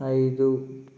ఐదు